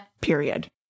period